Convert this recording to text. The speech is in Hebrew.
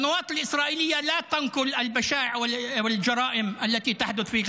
התחנות הישראליות לא משדרות את הכיעור והפשעים שקורים בעזה,